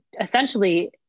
essentially